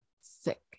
sick